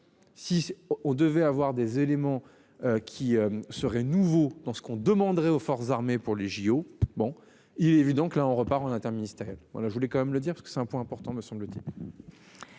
Si on devait avoir des éléments. Qui serait nouveau dans ce qu'on demanderait aux forces armées pour les JO. Bon il est évident que là, on repart en interministériel. Voilà je voulais quand même le dire parce que c'est un point important me semble-t-il.